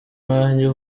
banjye